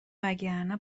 وگرنه